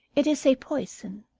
it is a poison.